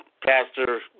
Pastor